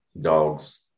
Dogs